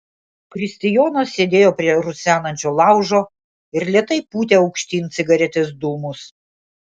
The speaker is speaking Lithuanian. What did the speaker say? kristijonas sėdėjo prie rusenančio laužo ir lėtai pūtė aukštyn cigaretės dūmus